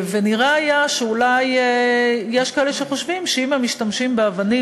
ונראה היה שאולי יש כאלה שחושבים שאם הם משתמשים באבנים,